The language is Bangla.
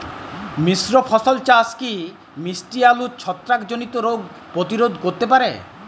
মিশ্র ফসল চাষ কি মিষ্টি আলুর ছত্রাকজনিত রোগ প্রতিরোধ করতে পারে?